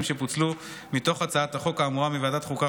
שפוצלו מתוך הצעת החוק האמורה מוועדת החוקה,